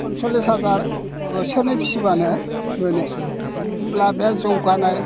पन्सलिस हाजार बोसोरनै फिब्लानो मोनो होमब्ला बे जौगानाय